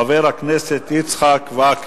חבר הכנסת יצחק וקנין.